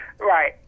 Right